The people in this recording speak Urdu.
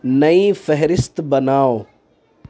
نئی فہرست بناؤ